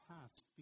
past